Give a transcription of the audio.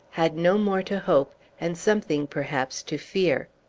had no more to hope, and something, perhaps, to fear.